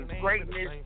greatness